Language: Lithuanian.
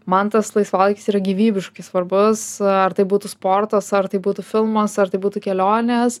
man tas laisvalaikis yra gyvybiškai svarbus ar tai būtų sportas ar tai būtų filmas ar tai būtų kelionės